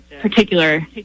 particular